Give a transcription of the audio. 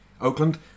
Oakland